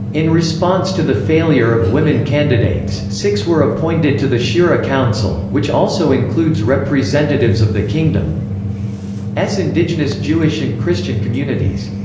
in response to the failure of women candidates, six were appointed to the shura council, which also includes representatives of the kingdom's indigenous jewish and christian communities.